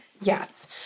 Yes